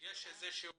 יש איזה שהוא